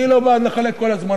אני לא בעד לחלק כל הזמן,